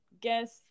guess